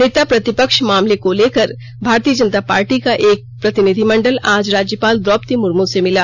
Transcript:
नेता प्रतिपक्ष मामले को लेकर भारतीय जनता पार्टी का एक प्रतिनिधिमंडल आज राज्यपाल द्रौपदी मुर्म से मिला